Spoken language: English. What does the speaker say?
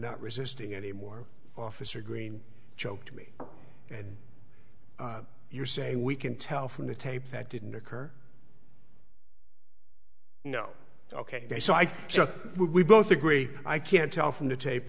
not resisting any more officer green joke to me and you're saying we can tell from the tape that didn't occur no ok so i just we both agree i can't tell from the tape